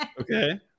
Okay